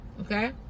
okay